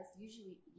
usually